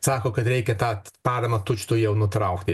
sako kad reikia tą parama tučtuojau nutraukti